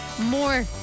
more